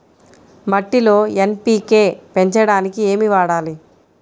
మట్టిలో ఎన్.పీ.కే పెంచడానికి ఏమి వాడాలి?